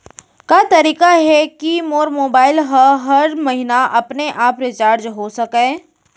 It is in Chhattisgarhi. का तरीका हे कि मोर मोबाइल ह हर महीना अपने आप रिचार्ज हो सकय?